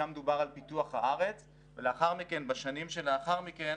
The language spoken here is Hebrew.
שם דובר על פיתוח הארץ ובשנים שלאחר מכן